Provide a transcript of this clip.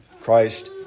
Christ